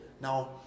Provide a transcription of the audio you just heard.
Now